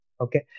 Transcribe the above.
Okay